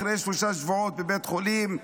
אחרי שלושה שבועות בבית חולים,